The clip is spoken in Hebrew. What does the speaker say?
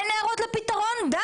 אם אין הערות די.